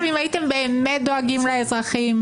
אם הייתם באמת דואגים לאזרחים,